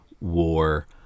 war